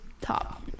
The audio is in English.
top